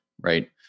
right